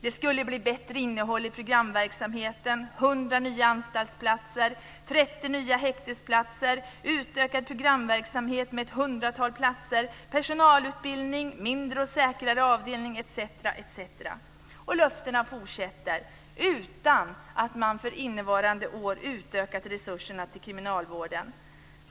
Det skulle bli bättre innehåll i programverksamheten, 100 nya anstaltsplatser, 30 nya häktesplatser, utökad programverksamhet med ett hundratal platser, personalutbildning, mindre och säkrare avdelningar, etc. Löftena fortsätter utan att man för innevarande år utökat resurserna till kriminalvården.